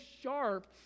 sharp